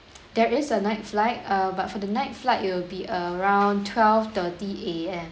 there is a night flight err but for the night flight it will be around twelve thirty A_M